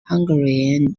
hungarian